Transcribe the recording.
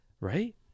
Right